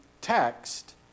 text